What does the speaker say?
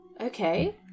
Okay